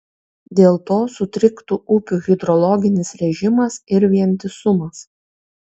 dėl to sutriktų upių hidrologinis režimas ir vientisumas